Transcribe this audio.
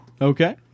Okay